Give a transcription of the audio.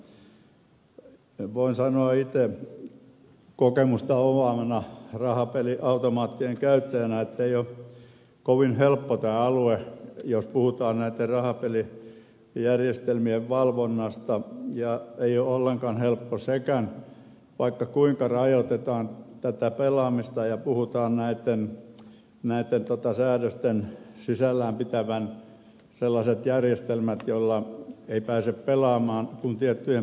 voin sanoa itse kokemusta omaavana rahapeliautomaattien käyttäjänä ettei ole kovin helppo tämä alue jos puhutaan näitten rahapelijärjestelmien valvonnasta ja ei ole ollenkaan helppo sekään vaikka kuinka rajoitetaan tätä pelaamista ja puhutaan näitten säädösten sisällään pitävän sellaiset järjestelmät että ei pääse pelaamaan kuin tiettyjen porttien kautta